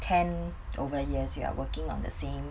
ten over years you are working on the same